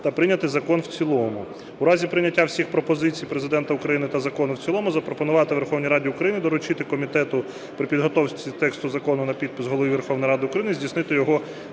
та прийняти закон в цілому. У разі прийняття всіх пропозицій Президента України та закону в цілому, запропонувати Верховній Раді України доручити комітету при підготовці тексту закону на підпис Голові Верховної Ради України здійснити його